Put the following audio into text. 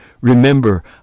Remember